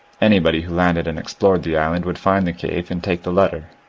anybody who landed and explored the island would find the cave and take the letter.